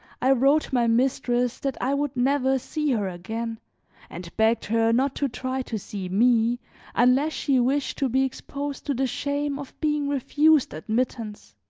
i wrote my mistress that i would never see her again and begged her not to try to see me unless she wished to be exposed to the shame of being refused admittance.